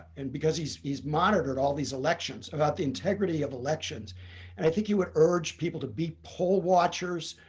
and because he's he's monitored all these elections, about the integrity of elections, and i think he would urge people to be poll watchers,